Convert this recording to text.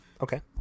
Okay